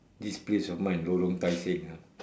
this place of mine lorong tai seng ah